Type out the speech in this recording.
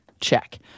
Check